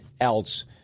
else